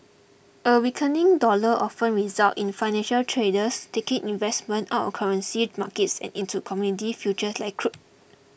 a weakening dollar often result in financial traders taking investments out of currency markets and into commodity future like crude